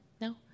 No